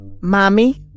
Mommy